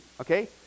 okay